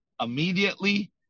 immediately